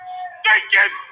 stinking